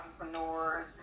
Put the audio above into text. entrepreneurs